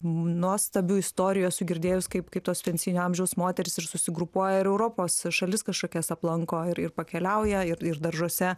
nuostabių istorijų esu girdėjus kaip kaip tos pensijinio amžiaus moterys ir susigrupuoja europos šalis kažkokias aplanko ir ir pakeliauja ir ir daržuose